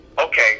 okay